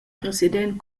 president